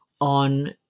on